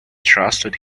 trusted